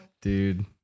Dude